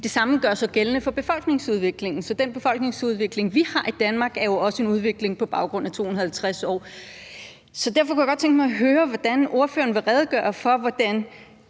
Det samme gør sig gældende for befolkningsudviklingen, for den befolkningsudvikling, vi har i Danmark, er jo også en udvikling på baggrund af 250 år. Så derfor kunne jeg godt tænke mig at høre, hvordan ordføreren vil redegøre for, hvordan,